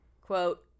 Quote